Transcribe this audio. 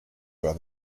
where